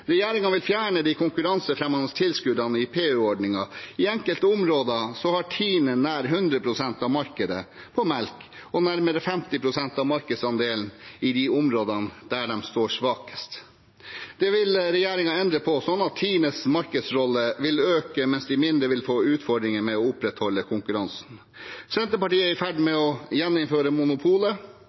vil fjerne de konkurransefremmende tilskuddene i PU-ordningen. I enkelte områder har Tine nær 100 pst. av markedet på melk og nærmere 50 pst. av markedsandelen i de områdene der de står svakest. Det vil regjeringen endre på slik at Tines markedsrolle vil øke, mens de mindre vil få utfordringer med å opprettholde konkurransen. Senterpartiet er i ferd med å gjeninnføre monopolet